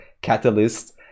catalyst